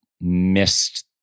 missed